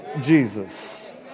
Jesus